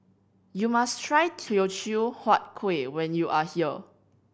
you must try Teochew Huat Kuih when you are here